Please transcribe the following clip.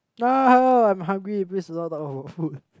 no I'm hungry please do not talk about food